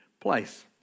place